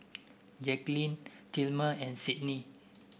Jaquelin Tilman and Sydni